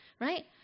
right